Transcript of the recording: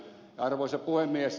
arvoisa puhemies